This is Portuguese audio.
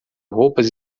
roupas